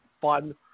fun